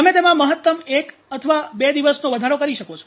તમે તેમાં મહત્તમ 1 અથવા 2 દિવસનો વધારો કરી શકો છો